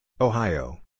Ohio